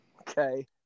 Okay